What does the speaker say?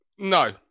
No